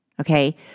Okay